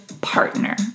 partner